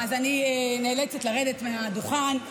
אני נאלצת לרדת מהדוכן,